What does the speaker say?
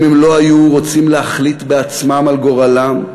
אם הם לא היו רוצים להחליט בעצמם על גורלם.